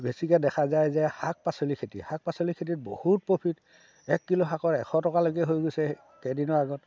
বেছিকৈ দেখা যায় যে শাক পাচলি খেতি শাক পাচলিৰ খেতিত বহুত প্ৰফিট এক কিলো শাকৰ এশ টকালৈকে হৈ গৈছে কেইদিনৰ আগত